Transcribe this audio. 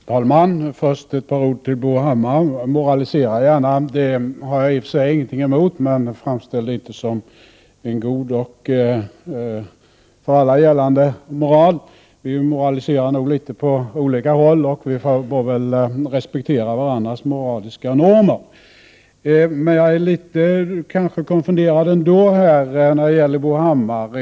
Herr talman! Först ett par ord till Bo Hammar. Moralisera gärna! Det har jagi och för sig ingenting emot. Men framställ det inte som en god och för alla gällande moral! Vi moraliserar nog alla litet. Således får vi väl respektera varandras moraliska normer. Jag är dock kanske litet konfunderad när det gäller Bo Hammar.